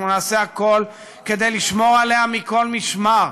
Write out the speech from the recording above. אנחנו נעשה הכול כדי לשמור עליה מכל משמר,